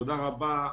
תודה רבה,